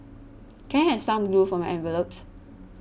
can I have some glue for my envelopes